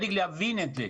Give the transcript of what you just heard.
צריך להבין את זה